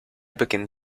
beginnen